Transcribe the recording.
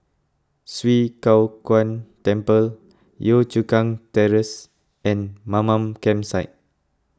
Swee Kow Kuan Temple Yio Chu Kang Terrace and Mamam Campsite